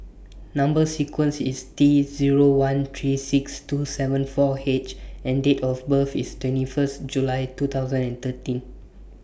Number sequence IS T Zero one three six two seven four H and Date of birth IS twenty First July two thousand and thirteen